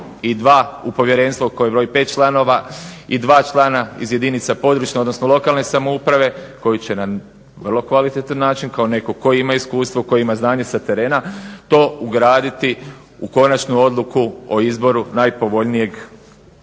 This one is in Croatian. i dva u povjerenstvo koje broji 5 članova i 2 člana iz jedinica područne, odnosno lokalne samouprave koji će na vrlo kvalitetan način kao netko tko ima iskustva, tko ima znanje sa terena to ugraditi u konačnu odluku o izboru najpovoljnijeg